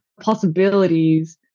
possibilities